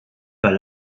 pas